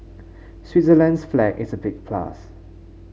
Switzerland's flag is a big plus